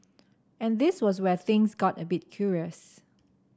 and this was where things got a bit curious